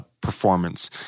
performance